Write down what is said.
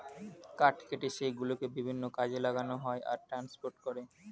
কাঠ কেটে সেই গুলোকে বিভিন্ন কাজে লাগানো হয় আর ট্রান্সপোর্ট করে